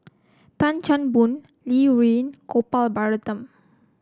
Tan Chan Boon Li Rulin Gopal Baratham